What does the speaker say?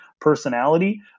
personality